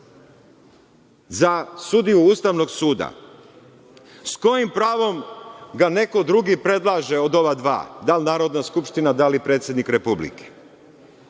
za sudiju Ustavnog suda, s kojim pravom ga neko drugi predlaže od ova dva, da li Narodna skupština, da li predsednik Republike.